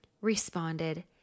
responded